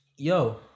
Yo